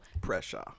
pressure